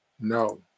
No